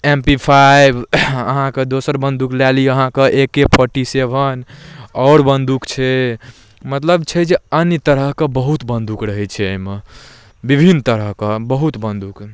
M P five अहाँके दोसर बन्दूक लऽ लिअऽ अहाँ ए के फोर्टी सेवन आओर बन्दूक छै मतलब छै जे अन्य तरहके बहुत बन्दूक रहै छै एहिमे विभिन्न तरहके बहुत बन्दूक